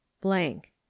blank